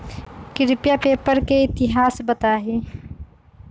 कृपया पेपर के इतिहास बताहीं